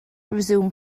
resume